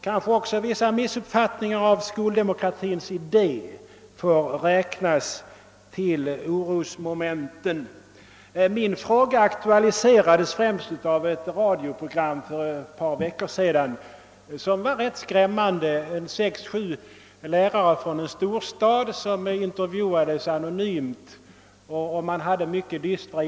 Kanske får också vissa missuppfattningar om skoldemokratins idé räknas till orosmomenten. Min fråga föranleddes närmast av ett ganska skrämmande radioprogram för några veckor sedan, i vilket sex, sju lärare i en storstad intervjuades anonymt. Deras erfarenheter var mycket dystra.